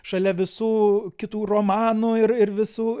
šalia visų kitų romanų ir ir visų